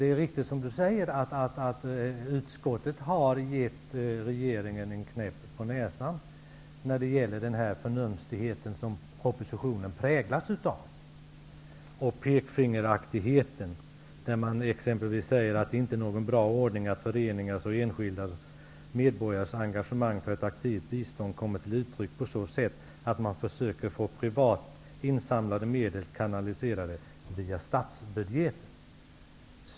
Det är riktigt som Berndt Ekholm säger att utskottet har gett regeringen en knäpp på näsan när det gäller den förnumstighet och det sätt att komma med pekpinnar som propositionen präglas av. Regeringen säger exempelvis: ''det inte är någon bra ordning att föreningars och enskilda medborgares engagemang för ett aktivt bistånd kommer till uttryck på så sätt att man försöker få privat insamlade medel kanaliserade via statsbudgeten''.